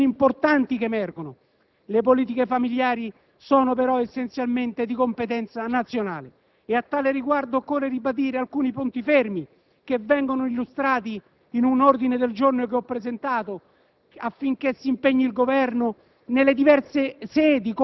volto a garantire un ambiente favorevole alla famiglia. Sono indicazioni importanti che emergono. Le politiche familiari sono però essenzialmente di competenza nazionale. A tale riguardo occorre ribadire alcuni punti fermi che vengono illustrati in un ordine del giorno che ho presentato